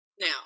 now